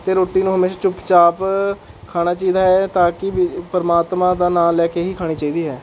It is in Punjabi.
ਅਤੇ ਰੋਟੀ ਨੂੰ ਹਮੇਸ਼ਾ ਚੁੱਪ ਚਾਪ ਖਾਣਾ ਚਾਹੀਦਾ ਹੈ ਤਾਂ ਕਿ ਪ੍ਰਮਾਤਮਾ ਦਾ ਨਾਂ ਲੈ ਕੇ ਹੀ ਖਾਣੀ ਚਾਹੀਦੀ ਹੈ